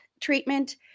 treatment